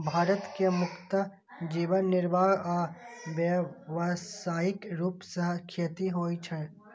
भारत मे मुख्यतः जीवन निर्वाह आ व्यावसायिक रूप सं खेती होइ छै